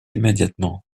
immédiatement